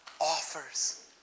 offers